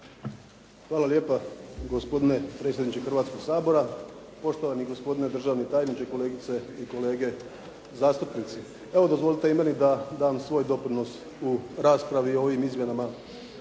Hvala lijepa gospodine predsjedniče Hrvatskoga sabora, poštovani gospodine državni tajniče, kolegice i kolege zastupnici. Evo dozvolite i meni da dam svoj doprinos u raspravi i ovim Izmjenama